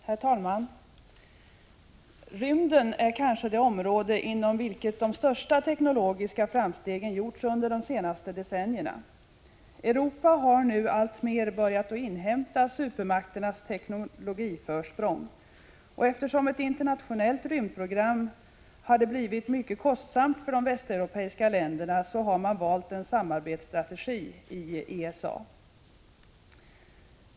Herr talman! Rymden är kanske det område inom vilket de största teknologiska framstegen gjorts under de senaste decennierna. Europa har nu alltmer börjat inhämta supermakternas teknologiförsprång. Eftersom ett nationellt rymdprogram hade blivit mycket kostsamt för de västeuropeiska länderna, har man valt en samarbetsstrategi i ESA.